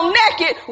naked